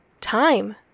time